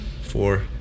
Four